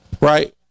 right